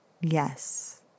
Yes